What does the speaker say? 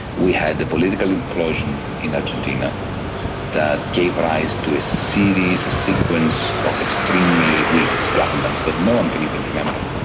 we had the political implosion in argentina that gave rise to a series, a sequence of extremely weak governments that no one can even remember,